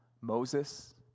Moses